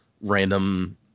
random